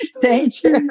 danger